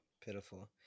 pitiful